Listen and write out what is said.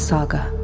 Saga